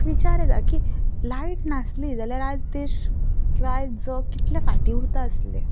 एक विचार येता की लायट नासली जाल्यार आयज देश किंवा आयज जग कितलें फाटी उरता आसलें